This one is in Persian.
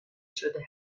شدهاست